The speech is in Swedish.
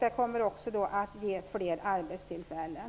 Det kommer då också att ge fler arbetstillfällen.